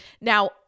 Now